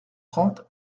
trente